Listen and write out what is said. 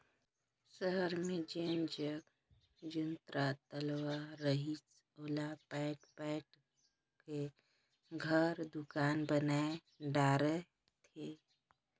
सहर मे जेन जग जुन्ना तलवा रहिस ओला पयाट पयाट क घर, दुकान बनाय डारे थे